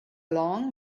long